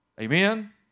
Amen